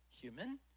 human